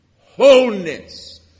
wholeness